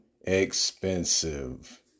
expensive